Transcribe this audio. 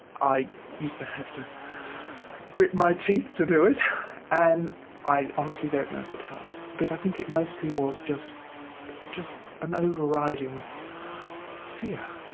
i used to have to grit my teeth to do it and i honestly don't know if it helped, but i think it mostly was just just an overriding fear.